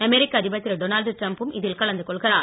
America அதிபர் திரு Donald டிரம்ப்பும் இதில் கலந்து கொள்கிறார்